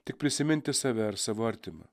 tik prisiminti save ar savo artimą